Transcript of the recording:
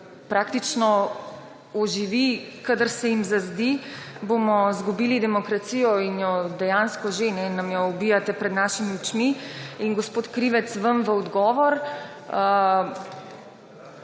praktično oživi, kadar se jim zazdi, bomo izgubili demokracijo in jo dejansko že, nam jo ubijate pred našimi očmi. Gospod Krivec, vam v odgovor,